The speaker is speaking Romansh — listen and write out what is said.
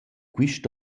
quist